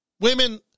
Women